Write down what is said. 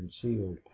concealed